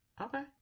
Okay